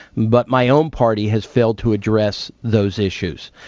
but my own party has failed to address those issues.